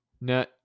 no